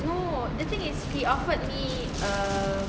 no the thing is he offered me a